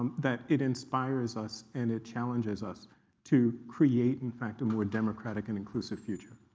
that it inspires us and it challenges us to create, in fact, a more democratic and inclusive future.